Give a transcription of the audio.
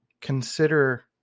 consider